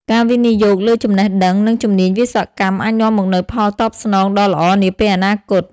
ការវិនិយោគលើចំណេះដឹង និងជំនាញវិស្វកម្មអាចនាំមកនូវផលតបស្នងដ៏ល្អនាពេលអនាគត។